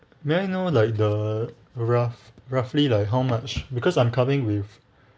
may I know like the rough roughly like how much because I'm coming with